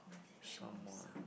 someone